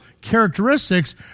characteristics